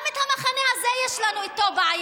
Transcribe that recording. גם עם המחנה הזה יש לנו בעיה.